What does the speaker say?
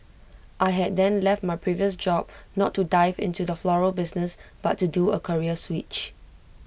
I had then left my previous job not to dive into the floral business but to do A career switch